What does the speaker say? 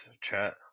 chat